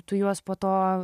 tu juos po to